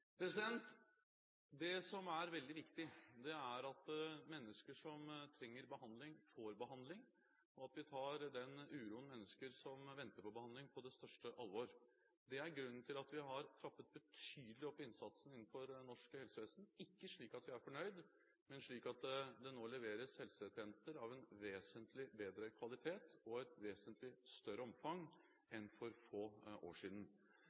Det som er veldig viktig, er at mennesker som trenger behandling, får behandling, og at vi tar uroen til mennesker som venter på behandling, på det største alvor. Det er grunnen til at vi har trappet opp innsatsen betydelig innenfor det norske helsevesen – ikke slik at vi er fornøyd, men slik at det nå leveres helsetjenester av en vesentlig bedre kvalitet og i et vesentlig større omfang enn for få år siden.